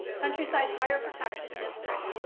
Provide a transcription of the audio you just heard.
countryside fire protection district,